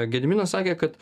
gediminas sakė kad